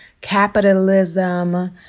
capitalism